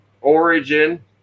origin